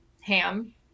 ham